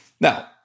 now